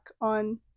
on